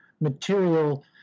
material